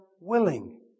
willing